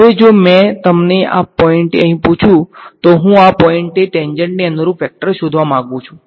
હવે જો મેં તમને આ પોઈંટે અહીં પૂછું તો હું આ પોઈંટે ટેન્જેન્ટને અનુરૂપ વેક્ટર શોધવા માંગું છું